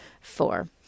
four